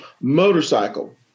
motorcycle